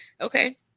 Okay